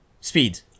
speeds